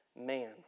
man